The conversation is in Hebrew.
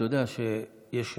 אתה יודע שיש נוהג,